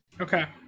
Okay